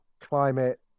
Climate